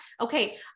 okay